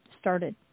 started